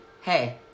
Hey